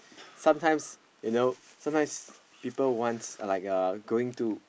sometime you know sometimes people want like a going to